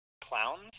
clowns